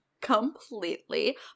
Completely